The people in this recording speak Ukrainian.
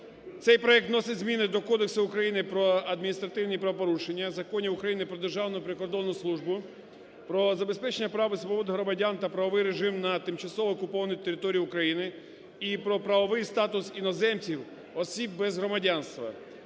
Цей проект вносить зміни до Кодексу України про адміністративні правопорушення, законів України "Про Державну прикордонну службу", "Про забезпечення прав і свобод громадян та правовий режим на тимчасово окупованій території України" і "Про правовий статус іноземців, осіб без громадянства"